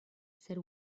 said